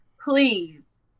please